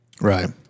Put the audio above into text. Right